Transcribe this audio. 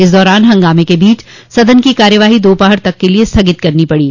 इस दौरान हंगामे के बीच सदन की कार्यवाही दोपहर तक के लिए स्थगित करनी पड़ी